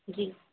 जी